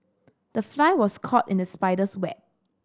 the fly was caught in the spider's web